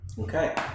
Okay